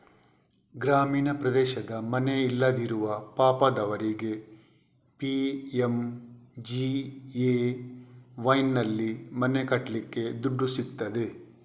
ಗ್ರಾಮೀಣ ಪ್ರದೇಶದ ಮನೆ ಇಲ್ಲದಿರುವ ಪಾಪದವರಿಗೆ ಪಿ.ಎಂ.ಜಿ.ಎ.ವೈನಲ್ಲಿ ಮನೆ ಕಟ್ಲಿಕ್ಕೆ ದುಡ್ಡು ಸಿಗ್ತದೆ